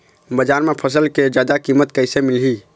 बजार म फसल के जादा कीमत कैसे मिलही?